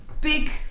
big